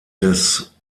des